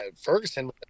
Ferguson